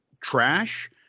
trash